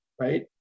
right